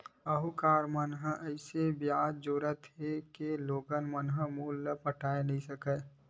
साहूकार मन ह अइसे परकार ले बियाज जोरथे के लोगन ह मूल ल पटाए नइ सकय